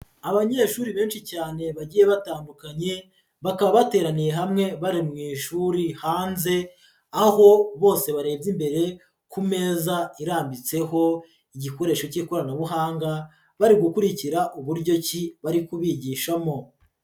Abanyeshuri benshi cyane bagiye batandukanye, bakaba bateraniye hamwe bari mu ishuri hanze, aho bose barebye imbere ku meza irambitseho igikoresho cy'ikoranabuhanga, bari gukurikira uburyo ki bari kubigishamo.